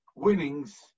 winnings